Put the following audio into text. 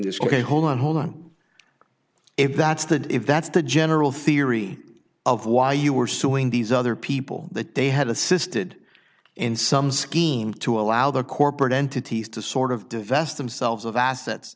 this ok hold on hold on if that's the if that's the general theory of why you are suing these other people that they had assisted in some scheme to allow their corporate entities to sort of divest themselves of assets